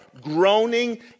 groaning